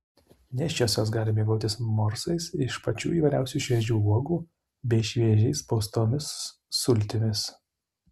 nėščiosios gali mėgautis morsais iš pačių įvairiausių šviežių uogų bei šviežiai spaustomis sultimis